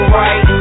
right